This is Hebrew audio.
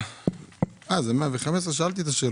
כבר שאלתי את השאלות.